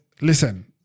listen